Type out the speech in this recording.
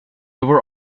were